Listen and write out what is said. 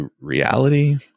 reality